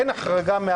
אין החרגה,